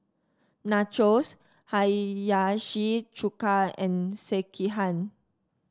Nachos Hiyashi Chuka and Sekihan